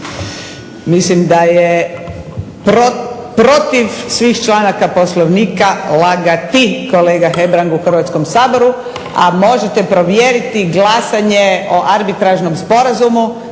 Mislim da je protiv svih članaka Poslovnika lagati, kolega Hebrang, u Hrvatskom saboru, a možete provjeriti glasanje o arbitražnom sporazumu